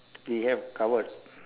we have covered